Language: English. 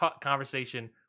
conversation